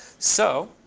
so